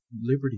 Liberty